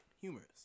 humorous